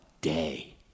day